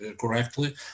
correctly